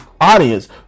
audience